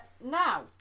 Now